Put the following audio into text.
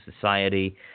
society